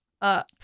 up